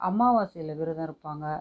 அமாவாசையில் விரதம் இருப்பாங்க